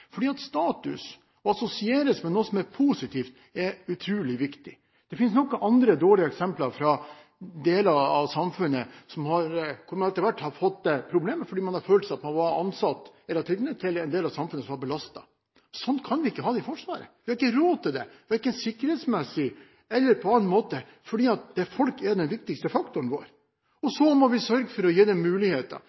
status assosieres med noe som er positivt, og det er utrolig viktig. Det finnes nok av dårlige eksempler fra andre deler av samfunnet, hvor man etter hvert har fått problemer fordi man hele tiden har følt at man har vært ansatt i en del av samfunnet som har vært belastet. Slik kan vi ikke ha det i Forsvaret. Vi har ikke råd til det, verken sikkerhetsmessig eller på annen måte. Folk er den viktigste faktoren vår, så vi må sørge for å gi dem muligheter